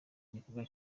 igikorwa